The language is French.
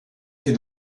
est